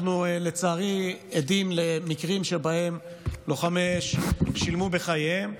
לצערי אנחנו עדים למקרים שבהם לוחמי אש שילמו בחייהם,